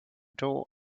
door